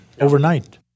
overnight